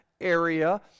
area